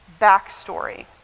backstory